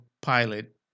Pilot